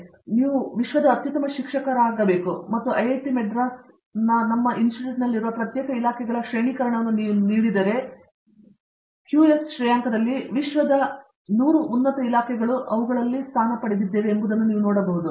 ಇದು ಬಹುಶಃ ನೀವು ವಿಶ್ವದ ಅತ್ಯುತ್ತಮ ಶಿಕ್ಷಕರಾಗಿದ್ದಾರೆ ಮತ್ತು ಐಐಟಿ ಮದ್ರಾಸ್ನ ನಮ್ಮ ಇನ್ಸ್ಟಿಟ್ಯೂಟ್ನಲ್ಲಿರುವ ಪ್ರತ್ಯೇಕ ಇಲಾಖೆಗಳ ಶ್ರೇಣೀಕರಣವನ್ನು ನೀವು ನೋಡಿದರೆ ಕ್ಯೂಎಸ್ ಶ್ರೇಯಾಂಕದಲ್ಲಿ ವಿಶ್ವದ 100 ಉನ್ನತ ಇಲಾಖೆಗಳು ಅವುಗಳಲ್ಲಿ ಸ್ಥಾನ ಪಡೆದಿದ್ದಾರೆ ಎಂಬುದನ್ನು ನೀವು ನೋಡಬಹುದು